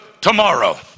tomorrow